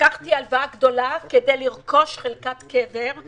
לקחתי הלוואה גדולה כדי לרכוש חלקת קבר.